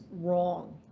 wrong